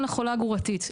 לחולה הגרורתית?